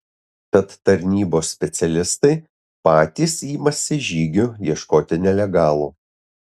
tad tarnybos specialistai patys imasi žygių ieškoti nelegalų